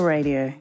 Radio